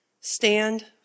stand